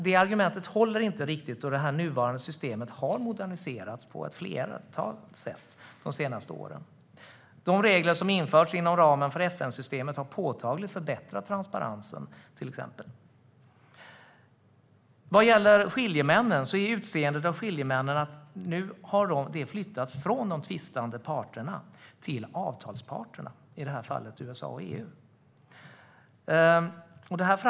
Det argumentet håller inte riktigt då det nuvarande systemet har moderniserats på ett flertal sätt de senaste åren. Till exempel har de regler som införts inom ramen för FN-systemet påtagligt förbättrat transparensen. Vad gäller skiljemännen har utseendet av skiljemän flyttats från de tvistande parterna till avtalsparterna, i detta fall USA och EU.